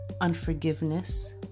unforgiveness